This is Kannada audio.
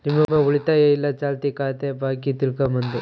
ನಿಮ್ಮ ಉಳಿತಾಯ ಇಲ್ಲ ಚಾಲ್ತಿ ಖಾತೆ ಬಾಕಿ ತಿಳ್ಕಂಬದು